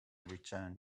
return